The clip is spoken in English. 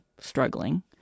struggling